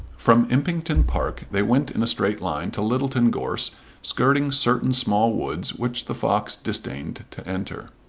from impington park they went in a straight line to littleton gorse skirting certain small woods which the fox disdained to enter.